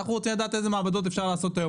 אנחנו רוצים לדעת איזה מעבדות אפשר לעשות היום.